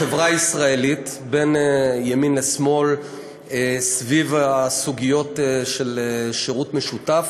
בחברה הישראלית בין ימין לשמאל סביב הסוגיות של שירות משותף,